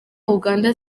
uganda